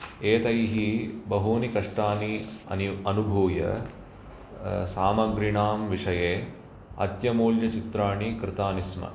एतैः बहूनि कष्टानि अनि अनुभूयः सामग्रिणां विषये अत्यमूल्यचित्राणि कृतानि स्म